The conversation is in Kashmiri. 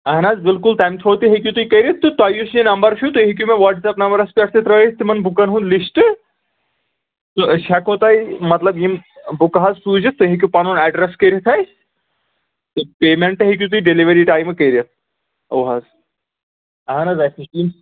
اہَن حظ بِلکُل تَمہِ تھرٛوٗ تہِ ہیٚکِو تُہۍ کٔرِتھ تہٕ تۄہہِ یُس یہِ نمبر چھُ تُہۍ ہیٚکِو مےٚ وَٹٕس اَپ نمبرَس پیٚٹھ تہِ ترٛٲوِتھ تِمَن بُکَن ہُنٛد لِشٹہٕ تہٕ أسۍ ہیٚکو تۄہہِ مطلب یِم بُکہٕ حظ سوٗزِتھ تُہۍ ہیٚکِو پَنُن ایڈرَس کٔرِتھ اَسہِ تہٕ پیمینٛٹہٕ ہیٚکِو تُہۍ ڈیلؤری ٹایمہٕ کٔرِتھ اَوٕ حظ اہَن حظ اَسہِ نِش نِن